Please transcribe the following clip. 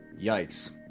Yikes